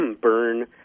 Burn